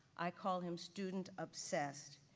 i call him student obsessed.